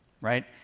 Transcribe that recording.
right